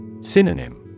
Synonym